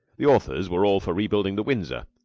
the authors were all for rebuilding the windsor.